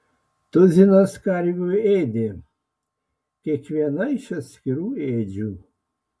tuzinas karvių ėdė kiekviena iš atskirų ėdžių